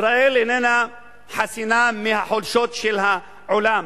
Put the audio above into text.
ישראל איננה חסינה מהחולשות של העולם,